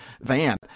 van